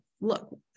look